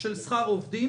של שכר עובדים